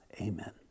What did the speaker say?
amen